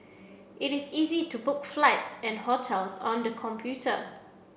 it is easy to book flights and hotels on the computer